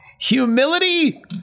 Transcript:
Humility